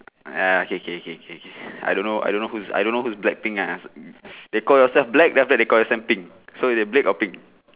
ah okay K K K K I don't know I don't know who is I don't know who is Blackpink ah they call yourself black then after that they call yourself pink so they black or pink